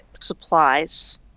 supplies